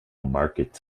markets